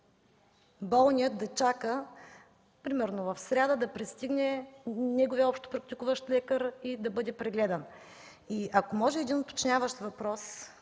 болният да чака примерно в сряда да пристигне неговият общопрактикуващ лекар и да бъде прегледан. Ако може един уточняващ въпрос: